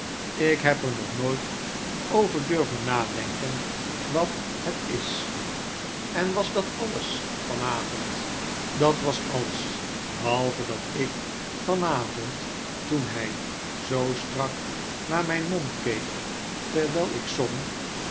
ik heb er nog nooit over durven nadenken wat het is en was dat alles van avond dat was alles behalve dat ik van avond toen hy zoo strak naar myn mond keek terwyl ik zong